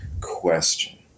question